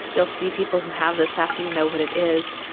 you will see people who have this after you know what it is,